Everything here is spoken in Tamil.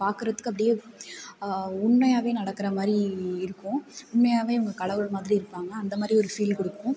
பார்க்குறதுக்கு அப்படியே உண்மையாகவே நடக்கிற மாதிரி இருக்கும் உண்மையாகவே அவங்க கடவுள் மாதிரி இருப்பாங்க அந்த மாதிரி ஒரு ஃபீல் கொடுக்கும்